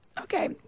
Okay